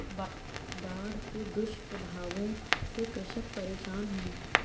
बाढ़ के दुष्प्रभावों से कृषक परेशान है